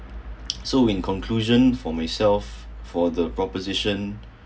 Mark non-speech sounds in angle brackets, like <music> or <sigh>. so in conclusion for myself for the proposition <breath>